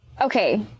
okay